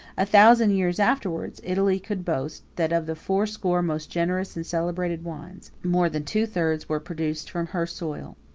a thousand years afterwards, italy could boast, that of the fourscore most generous and celebrated wines, more than two thirds were produced from her soil.